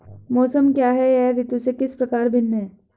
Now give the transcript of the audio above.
मौसम क्या है यह ऋतु से किस प्रकार भिन्न है?